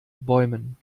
bäumen